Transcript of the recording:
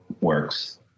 works